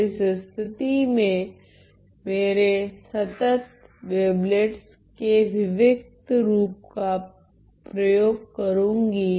तो इस स्थिति में मैं मेरे संतत् वेवलेट्स के विविक्त रूप का प्रयोग करूंगी